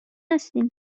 هستین